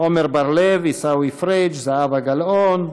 עמר בר-לב, עיסאווי פריג'; זהבה גלאון,